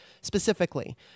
specifically